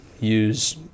use